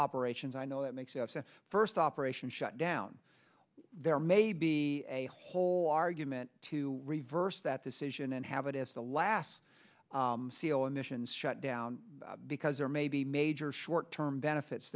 operations i know that makes us the first operation shut down there may be a whole argument to reverse that decision and have it as the last c o emissions shut down because there may be major short term benefits